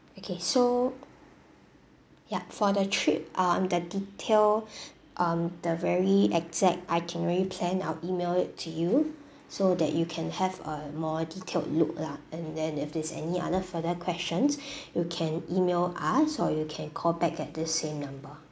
okay so yup for the trip um the detail um the very exact itinerary plan our email it to you so that you can have a more detailed look lah and then if there's any other further questions you can email us or you can call back at this same number